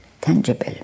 tangible